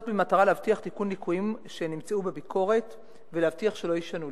במטרה להבטיח תיקון ליקויים חמורים שנמצאו בביקורת ולהבטיח שלא יישנו.